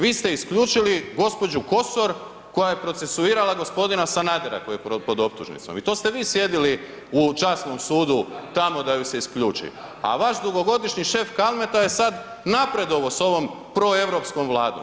Vi ste isključili gđu. Kosor koja je procesuirala g. Sanader koji je pod optužnicom i tu ste vi sjedili u časnom sudu tamo da ju se isključi a vaš dugogodišnji šef Kalmeta je sad napredovao sa ovom proeuropskom Vladom.